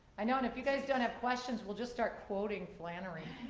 i know and if you guys don't have questions, we'll just start quoting flannery.